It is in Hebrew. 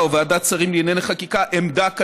הממשלה, או ועדת שרים לענייני חקיקה, עמדה כנדרש.